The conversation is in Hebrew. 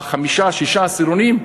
חמישה-שישה עשירונים,